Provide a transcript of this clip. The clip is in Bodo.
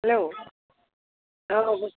हेल्ल' औ